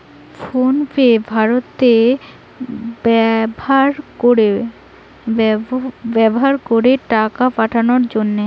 phone pay ভারতে ব্যাভার করে টাকা পাঠাবার জন্যে